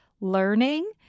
learning